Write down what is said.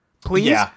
Please